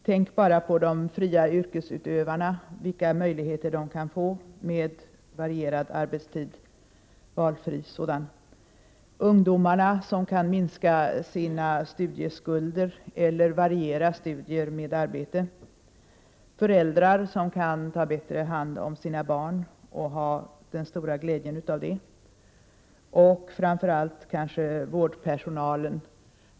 Tänk bara på de fria yrkesutövarna, på ungdomar som kan minska på sina studieskulder eller varva studier med arbete, på föräldrar som kan få den stora glädjen att bättre ta hand om sina barn, och tänk kanske framför allt på vårdpersonalen.